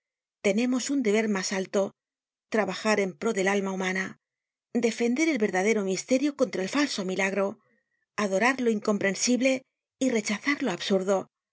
tenemos un deber mas alto trabajar en pro del alma humana defender el verdadero misterio contra el falso milagro adorar lo incomprensible y rechazar lo absurdo